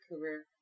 career